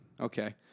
Okay